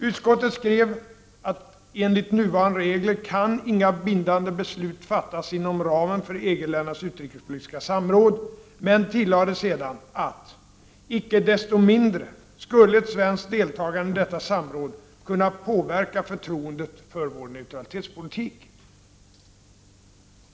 Utskottet skrev att enligt nuvarande regler kan inga bindande beslut fattas inom ramen för EG-ländernas utrikespolitiska samråd, men tillade sedan att ”icke desto mindre skulle ett svenskt deltagande i detta samråd kunna påverka förtroendet för vår neutralitetspolitik”.